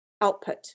output